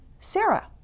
Sarah